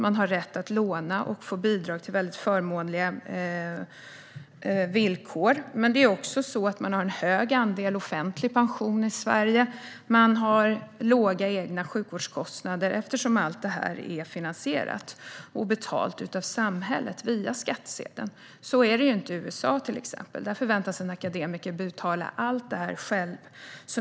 Man har rätt att låna och få bidrag - det är väldigt förmånliga villkor. Man har också en stor andel offentlig pension i Sverige. Man har låga egna sjukvårdskostnader. Allt detta är finansierat och betalat av samhället via skattsedeln. Så är det inte i USA, till exempel. Där förväntas en akademiker betala allt detta själv.